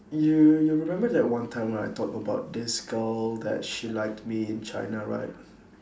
you you remember that one time when I talked about this girl that she liked me in china right